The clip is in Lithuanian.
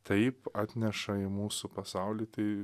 taip atneša į mūsų pasaulį tai